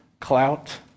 clout